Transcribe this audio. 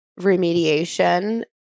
remediation